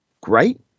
great